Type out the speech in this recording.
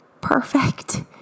perfect